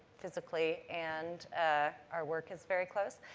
physically, and our work is very close.